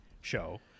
show